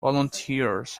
volunteers